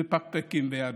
מפקפקים ביהדותה.